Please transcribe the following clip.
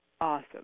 Awesome